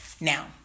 Now